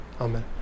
Amen